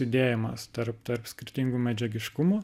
judėjimas tarp tarp skirtingų medžiagiškumų